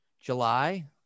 July